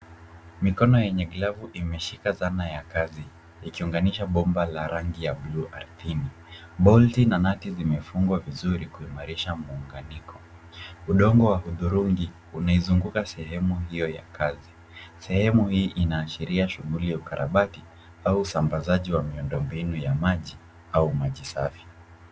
Mikono yenye glavu imeshika zana ya kazi ikiunganisha bomba la rangi ya buluu ardhini. Bolti na nati zimefungwa vizuri kuimarisha muunganiko. Udongo wa hudhurungi unaizunguka sehemu hiyo ya kazi. Sehemu hii inaashiria shughuli ya ukarabati au usambazaji wa miundombinu ya maji au maji safi.